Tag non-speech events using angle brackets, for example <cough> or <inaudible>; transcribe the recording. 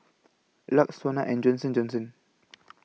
LUX Sona and Johnson Johnson <noise>